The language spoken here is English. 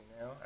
now